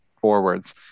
forwards